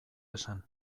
esan